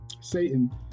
Satan